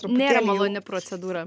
nėra maloni procedūra